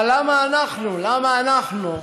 אבל למה אנחנו, למה אנחנו כאן,